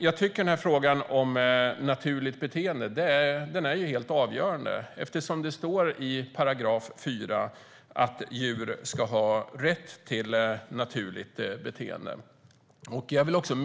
Jag tycker att frågan om naturligt beteende är helt avgörande eftersom det står i 4 § att djur ska ha rätt till naturligt beteende.